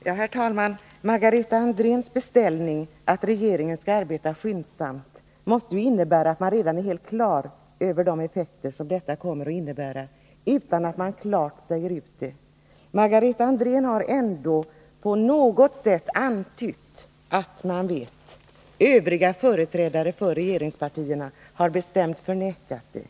Nr 47 Herr talman! Margareta Andréns beställning — att regeringen skall arbeta skyndsamt — måste ju innebära att man redan är helt medveten om de effekter som förslaget kommer att innebära, utan att man klart säger ut det. Margareta Andrén har ändå på något sätt antytt att man vet. Övriga ; S Besparingar i företrädare för regeringspartierna har bestämt förnekat det.